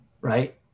right